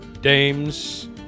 dames